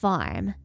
Farm